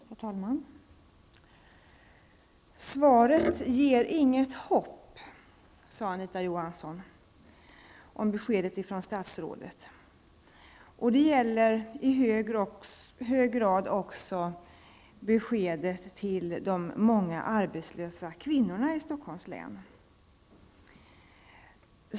Herr talman! Svaret ger inget hopp, sade Anita Johansson om beskedet från statsrådet. Det gäller i hög grad också beskedet till de många arbetslösa kvinnorna i Stockholms län.